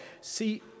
see